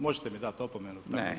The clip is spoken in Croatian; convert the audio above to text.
Možete mi dati opomenu